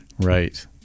right